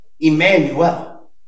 Emmanuel